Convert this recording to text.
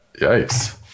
yikes